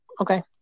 Okay